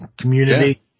community